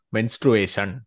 Menstruation